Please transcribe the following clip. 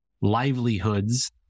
livelihoods